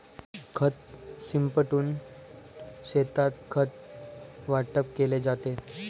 खत शिंपडून शेतात खत वाटप केले जाते